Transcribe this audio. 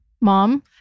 Mom-